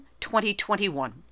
2021